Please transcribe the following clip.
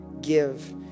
give